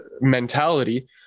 mentality